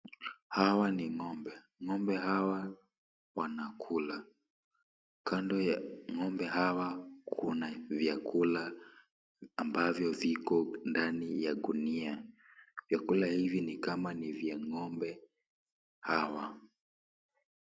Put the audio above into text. Hawa ni ng'ombe. Ng'ombe hawa wanakula. Kando ya ng'ombe hawa, kuna vyakula ambavyo viko ndani ya gunia. Vyakula hivi, ni kama ni vya ng'ombe hawa.